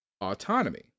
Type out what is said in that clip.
autonomy